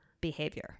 behavior